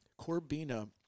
corbina